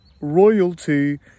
royalty